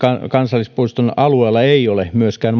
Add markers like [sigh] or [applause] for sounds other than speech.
kansallispuiston alueella ei ole myöskään [unintelligible]